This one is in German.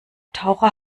taucher